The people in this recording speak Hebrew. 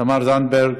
תמר זנדברג,